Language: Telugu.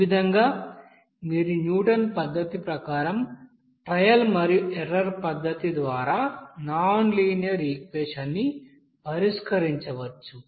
ఈ విధంగా మీరు న్యూటన్ పద్ధతి ప్రకారం ట్రయల్ మరియు ఎర్రర్ పద్ధతి ద్వారానాన్ లీనియర్ఈక్వెషన్ ని పరిష్కరించవచ్చు